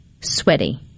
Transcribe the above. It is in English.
sweaty